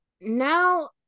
Now